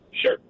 sure